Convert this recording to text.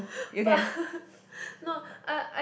but no I I